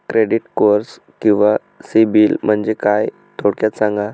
Credit score किंवा सिबिल म्हणजे काय? थोडक्यात सांगा